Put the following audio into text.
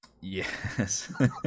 Yes